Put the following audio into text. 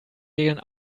regeln